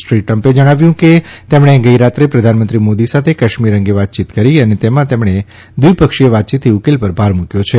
શ્રી ટ્રમ્પે જણાવ્યું કે તેમણે ગઇરાત્રે પ્રધાનમંત્રી મોદી સાથે કાશ્મીર અંગે વાતયીત કરી અને તેમાં તેમણે દ્વિપક્ષી વાતયીતથી ઉકેલ પર ભાર મૂક્યો છે